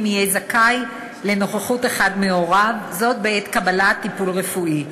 יהיה זכאי לנוכחות אחד מהוריו בעת קבלת טיפול רפואי,